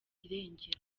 irengero